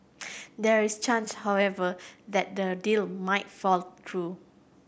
there is change however that the deal might fall through